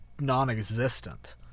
non-existent